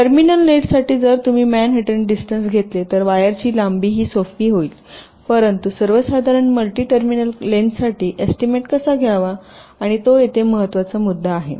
terminal नेटसाठी जर तुम्ही मॅनहॅटन डिस्टन्स घेतले तर वायरची लांबी ही सोपी होईल परंतु सर्वसाधारण मल्टी टर्मिनल लेन्थसाठी एस्टीमेट कसा घ्यावा आणि तो येथे महत्त्वाचा मुद्दा आहे